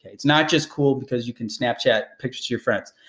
it's not just cool because you can snapchat pictures to your friends.